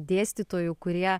dėstytojų kurie